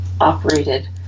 operated